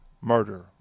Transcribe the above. murder